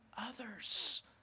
others